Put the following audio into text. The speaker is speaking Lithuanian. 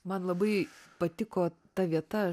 man labai patiko ta vieta